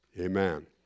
Amen